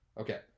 Okay